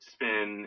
Spin